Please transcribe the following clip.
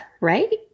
right